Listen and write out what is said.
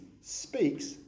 speaks